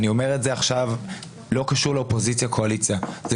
אני אומר את זה עכשיו כשזה לא קשור לאופוזיציה וקואליציה אלא